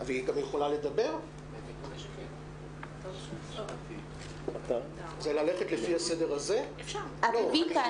אני באמת מודה על כינוס הוועדה למרות ההסדרים הטכנולוגיים,